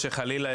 חלילה,